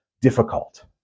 difficult